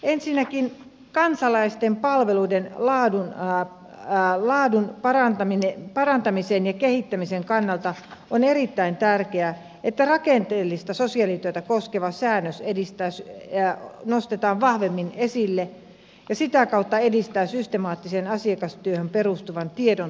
ensinnäkin kansalaisten palveluiden laadun parantamisen ja kehittämisen kannalta on erittäin tärkeää että rakenteellista sosiaalityötä koskeva säännös nostetaan vahvemmin esille ja sitä kautta edistetään systemaattiseen asiakastyöhön perustuvan tiedon tuottamista